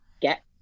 get